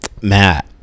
matt